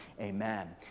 amen